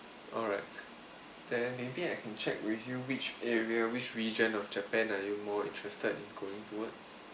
alright then maybe I can check with you which area which region of japan are you more interested in going towards